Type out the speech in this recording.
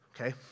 Okay